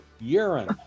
urine